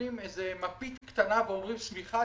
נותנים איזה מפית קטנה ואומרים: סליחה,